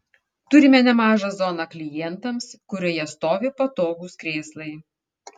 turime nemažą zoną klientams kurioje stovi patogūs krėslai